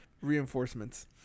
reinforcements